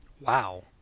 Wow